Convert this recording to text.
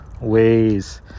ways